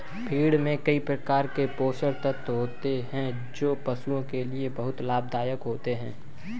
feed में कई प्रकार के पोषक तत्व होते हैं जो पशुओं के लिए बहुत लाभदायक होते हैं